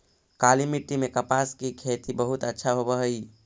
काली मिट्टी में कपास की खेती बहुत अच्छा होवअ हई